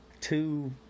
two